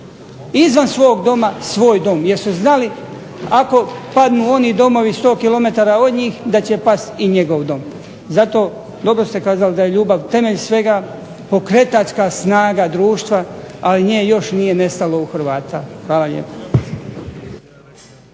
izvan svog doma svoj dom jer su znali ako padnu oni domovi 100 km od njih da će past i njegov dom. Zato, dobro ste kazali da je ljubav temelj svega, pokretačka snaga društva, ali nje još nije nestalo u Hrvata. Hvala lijepo.